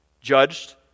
judged